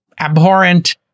abhorrent